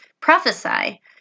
Prophesy